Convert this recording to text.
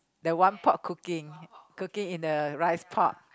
the one pot cooking cooking in a rice pot